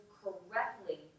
correctly